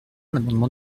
l’amendement